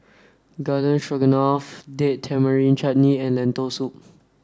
Garden Stroganoff Date Tamarind Chutney and Lentil soup